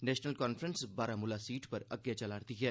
national Conference Baramulla seat पर अग्गे चला'रदी ऐ